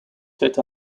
set